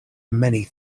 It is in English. many